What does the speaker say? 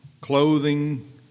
clothing